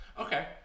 Okay